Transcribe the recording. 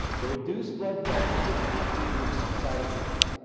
the reduce blood pressure did not reduce cytokines.